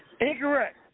Incorrect